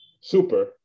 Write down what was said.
super